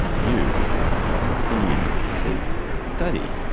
you may have seen there was a study